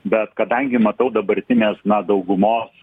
bet kadangi matau dabartinės na daugumos